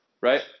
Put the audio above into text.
right